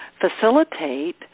facilitate